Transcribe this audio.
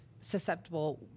susceptible